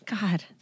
God